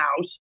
House